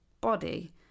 body